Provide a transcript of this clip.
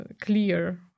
clear